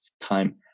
time